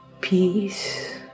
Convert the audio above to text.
peace